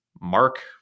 mark